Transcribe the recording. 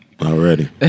Already